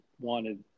wanted